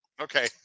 Okay